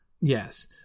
Yes